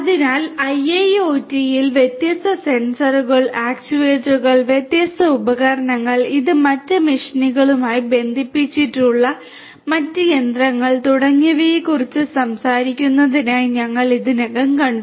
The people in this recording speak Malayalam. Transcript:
അതിനാൽ IIoT ൽ നമ്മൾ വ്യത്യസ്ത സെൻസറുകൾ ആക്യുവേറ്ററുകൾ വ്യത്യസ്ത ഉപകരണങ്ങൾ ഈ മറ്റ് മെഷിനറികളുമായി ബന്ധിപ്പിച്ചിട്ടുള്ള മറ്റ് യന്ത്രങ്ങൾ തുടങ്ങിയവയെക്കുറിച്ച് സംസാരിക്കുന്നതായി ഞങ്ങൾ ഇതിനകം കണ്ടു